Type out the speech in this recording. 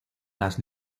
las